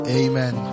amen